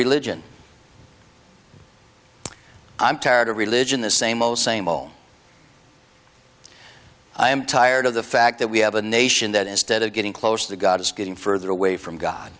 religion i'm tired of religion the same ole same ole i am tired of the fact that we have a nation that instead of getting closer to god is getting further away from god